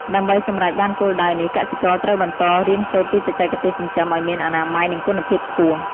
ដើម្បីសម្រេចបានគោលដៅនេះ កសិករត្រូវបន្តរៀនសូត្រពីបច្ចេកទេសចិញ្ចឹមឲ្យមានអនាម័យនិងគុណភាពខ្ពស់។